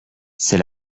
c’est